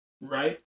Right